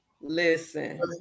Listen